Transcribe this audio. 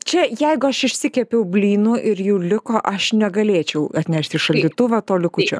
čia jeigu aš išsikepiau blynų ir jų liko aš negalėčiau atnešti į šaldytuvą to likučio